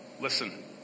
listen